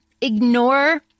ignore